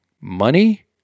Money